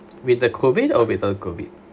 with the COVID or without COVID